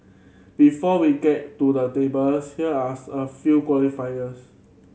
before we get to the table here are a few qualifiers